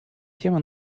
тема